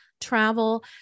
travel